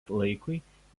laikui